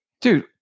Dude